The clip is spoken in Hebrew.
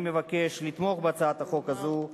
אני מבקש לתמוך בהצעת החוק הזו,